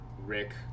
Rick